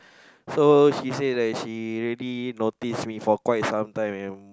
so he say like he already notice me for quite some time and